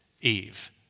Eve